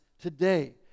today